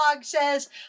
says